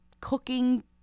cooking